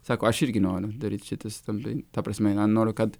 sako aš irgi noriu daryti šitą stambiai ta prasme na noriu kad